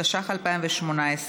התשע"ח 2018,